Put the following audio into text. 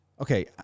Okay